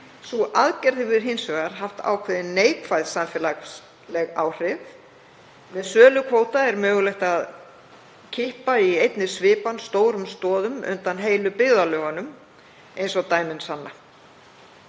Sú aðgerð hefur hins vegar haft ákveðin neikvæð samfélagsleg áhrif. Við sölu kvóta er mögulegt að kippa í einni svipan stórum stoðum undan heilu byggðarlögunum eins og dæmin sanna.